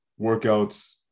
workouts